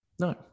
No